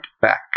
back